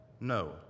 no